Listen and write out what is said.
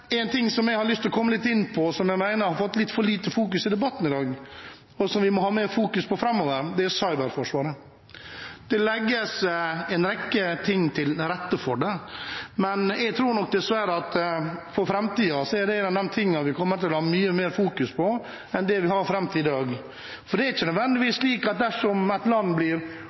En ting som jeg har lyst til å komme litt inn på, som jeg mener har fått litt for lite fokus i debatten i dag, og som vi må ha mer fokus på framover, er cyberforsvaret. Det legges til rette for det, men jeg tror nok dessverre at for framtiden er det en av de ting vi kommer til å ha mye mer fokus på enn det vi har hatt fram til i dag. Det er ikke nødvendigvis slik dersom et land blir